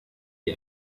die